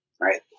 right